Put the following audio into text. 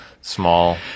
small